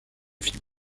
fit